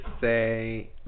say